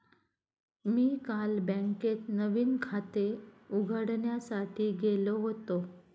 मी काल बँकेत नवीन खाते उघडण्यासाठी गेलो होतो